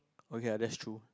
okay lah that's true